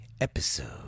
episode